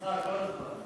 אתך כל הזמן.